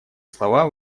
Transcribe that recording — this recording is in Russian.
слова